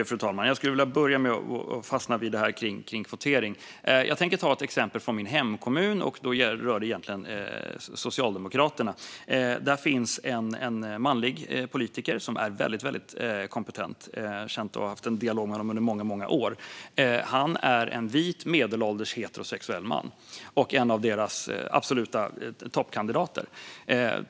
Fru talman! Jag börjar med det som handlar om kvotering. Jag tänker ta ett exempel från min hemkommun, och det rör Socialdemokraterna. I min hemkommun finns en manlig politiker som är väldigt kompetent; jag har känt honom och haft en dialog med honom under många år. Han är en vit, medelålders och heterosexuell man och en av deras absoluta toppkandidater.